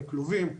בכלובים,